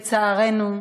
לצערנו,